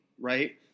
right